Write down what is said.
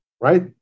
right